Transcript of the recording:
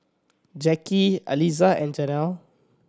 Jacky Aliza and Janell